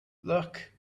look